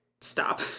stop